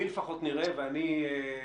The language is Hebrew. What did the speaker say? לי לפחות נראה ובערך